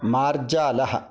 मार्जालः